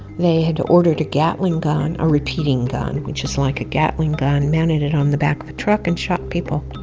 they had ordered a gatling gun, a repeating gun which is like a gatling gun, mounted on the back of a truck, and shot people.